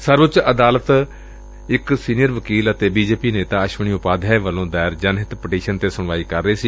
ਸਰਵਉੱਚ ਅਦਾਲਤ ਇਕ ਸੀਨੀਅਰ ਵਕੀਲ ਅਤੇ ਬੀ ਜੇ ਪੀ ਨੇਤਾ ਅਸ਼ਵਨੀ ਉਪਾਧਿਆਇ ਵੱਲੋਂ ਦਾਇਰ ਜਨ ਹਿੱਤ ਪਟੀਸ਼ਨ ਤੇ ਸੁਣਵਾਈ ਕਰ ਰਹੀ ਸੀ